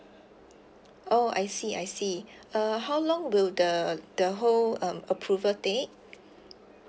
oh I see I see uh how long will the the whole um approval take